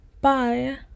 Bye